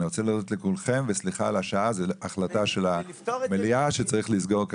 אני רוצה להודות לכולכם וסליחה על השעה זו החלטה של מליאה שצריך לסגור.